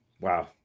Wow